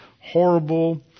horrible